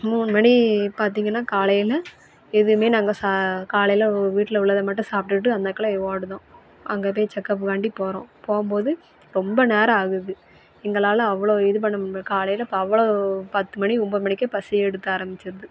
மூணு மணி பார்த்தீங்கன்னா காலையில எதுவுமே நாங்கள் சா காலையில வீட்டில் உள்ளதை மட்டும் சாப்பிட்டுட்டு அந்தாக்குளே வார்டு தான் அங்கேபோயி செக்கப்புக்குகாண்டி போகறோம் போகும்போது ரொம்ப நேரம் ஆகுது எங்களால் அவ்வளோ இது பண்ண முடியல காலையில இப்போ அவ்வளவு பத்து மணி ஒன்பது மணிக்கே பசி எடுக்க ஆரம்பிச்சிருது